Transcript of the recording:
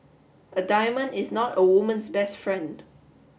a diamond is not a woman's best friend